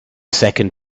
second